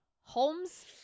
Holmes